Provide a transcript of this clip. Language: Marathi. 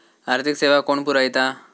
आर्थिक सेवा कोण पुरयता?